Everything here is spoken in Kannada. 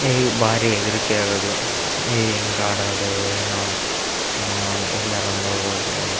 ಏಯ್ ಭಾರೀ ಹೆದರಿಕೆ ಆಗೋದು ಏಯ್ ಹೇಗಾಡೋದೋ ಏನೋ ಎಲ್ಲಾದ್ರು ಮುಳುಗೋದರೆ